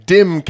Dim